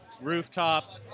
rooftop